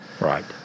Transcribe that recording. Right